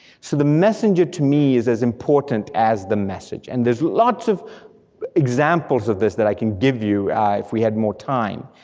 so the messenger to me is as important as the message, and there's lots of examples of this that i can give you if we have more time,